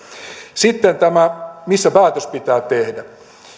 sitten tämä missä päätös pitää tehdä